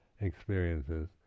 experiences